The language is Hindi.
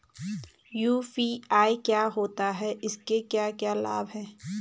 यु.पी.आई क्या होता है इसके क्या क्या लाभ हैं?